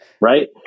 Right